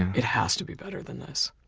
it has to be better than this.